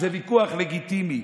זה ויכוח לגיטימי.